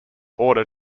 order